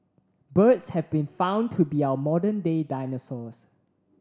birds have been found to be our modern day dinosaurs